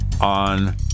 on